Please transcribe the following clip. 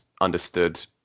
understood